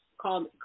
called